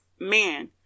man